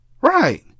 Right